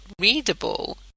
readable